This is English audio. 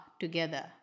together